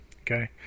okay